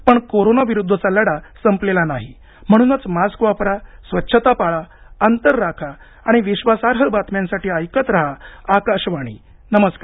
पण कोरोना विरुद्धचा लढा संपलेला नाही म्हणूनच मास्क वापरा स्वच्छता पाळा अंतर राखा आणि विश्वासार्ह बातम्यांसाठी ऐकत रहा आकाशवाणी नमस्कार